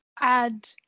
add